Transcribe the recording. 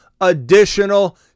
additional